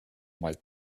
might